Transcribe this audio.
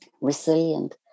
resilient